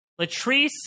Latrice